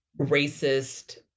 racist